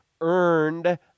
earned